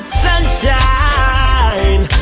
sunshine